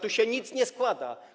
Tu się nic nie składa.